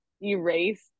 erase